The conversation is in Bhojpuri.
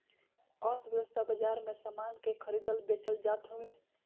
अर्थव्यवस्था बाजार में सामान के खरीदल बेचल जात हवे